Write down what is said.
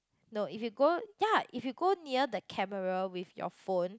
no if you go ya if you go near the camera with your phone